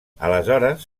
aleshores